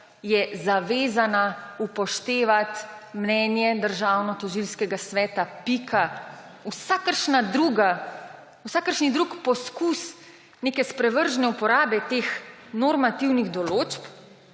je zavezana upoštevati mnenje Državnotožilskega sveta. Pika. Vsakršen drug poskus neke sprevržene uporabe teh normativnih določb